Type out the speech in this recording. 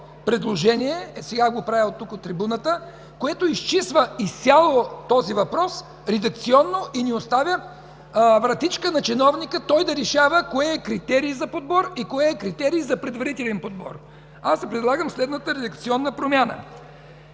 предложение – сега го правя тук, от трибуната, което изчиства изцяло този въпрос редакционно и не оставя вратичка на чиновника той да решава кое е критерий за подбор и кое е критерий за предварителен подбор. Предлагам следната редакционна промяна.